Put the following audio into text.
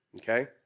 okay